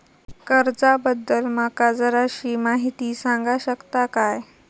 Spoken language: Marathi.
कर्जा बद्दल माका जराशी माहिती सांगा शकता काय?